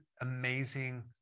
amazing